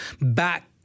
back